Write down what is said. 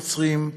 יוצרים,